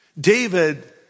David